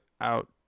out